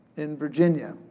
in virginia,